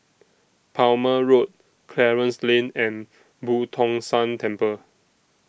Palmer Road Clarence Lane and Boo Tong San Temple